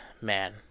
man